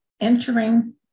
entering